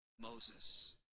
Moses